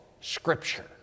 scripture